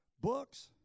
books